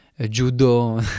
judo